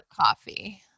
coffee